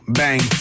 bang